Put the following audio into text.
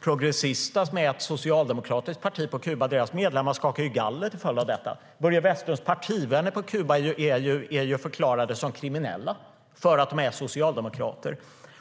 Progresista, som är ett socialdemokratiskt parti på Kuba, skakar galler. Börje Vestlunds partivänner på Kuba är förklarade som kriminella därför att de är socialdemokrater.